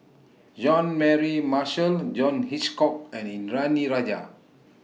Jean Mary Marshall John Hitchcock and Indranee Rajah